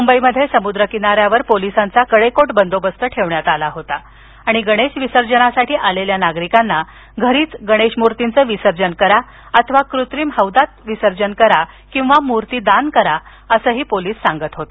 मुंबईमध्ये समुद्र किनाऱ्यावर पोलीसांचा कडेकोट बंदोबस्त ठेवण्यात आला होता आणि गणेश विसर्जनासाठी आलेल्या नागरिकांना घरीच गणेश मूर्तीचं विसर्जन करा अथवा कृत्रिम हौदात मूर्तींच विसर्जन करा किंवा मूर्ती दान करा असं पोलिसांनी सांगितलं